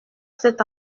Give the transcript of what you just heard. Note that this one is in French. cet